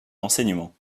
l’enseignement